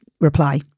reply